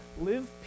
live